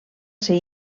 ser